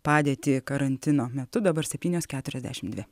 padėtį karantino metu dabar septynios keturiasdešimt dvi